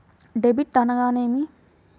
Debit అనగానేమి?